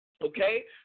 Okay